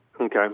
Okay